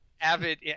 avid